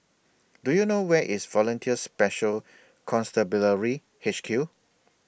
Do YOU know Where IS Volunteers Special Constabulary H Q